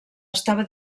estava